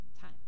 time